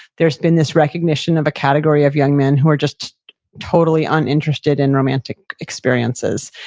there's been this recognition of a category of young men who are just totally uninterested in romantic experiences.